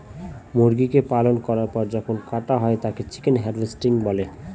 মুরগিকে পালন করার পর যখন কাটা হয় সেটাকে চিকেন হার্ভেস্টিং বলে